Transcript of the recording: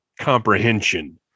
comprehension